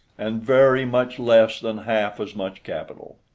and very much less than half as much capital.